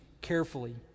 carefully